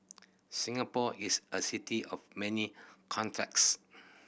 Singapore is a city of many contrasts